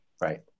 Right